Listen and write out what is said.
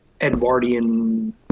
Edwardian